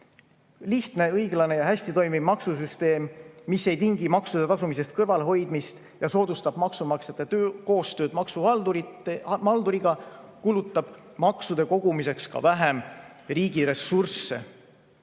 Lihtne, õiglane ja hästi toimiv maksusüsteem, mis ei tingi maksude tasumisest kõrvalehoidumist ja soodustab maksumaksjate koostööd maksuhalduriga, kulutab maksude kogumiseks ka vähem riigi ressursse.